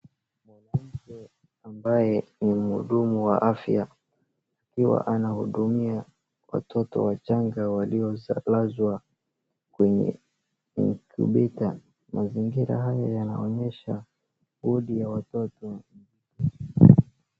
Mwanamke ambaye ni mhudumu wa afya, huwa anahudumia watoto wachanga wailiolazwa kwenye incubator. Mazingira haya yanaonyesha juhudi ya watoto.